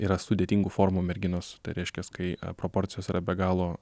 yra sudėtingų formų merginos tai reiškias kai proporcijos yra be galo